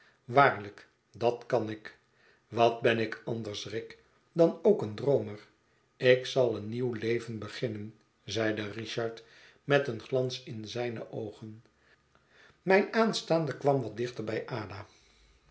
waarlijk dat kan ik wat ben ik anders rick dan ook een droomer ik zal een nieuw leven beginnen zeide richard met een glans in zijne oogen mijn aanstaande kwam wat dichter bij ada